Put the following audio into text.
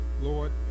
Lord